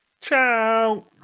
Ciao